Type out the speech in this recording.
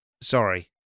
Sorry